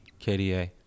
KDA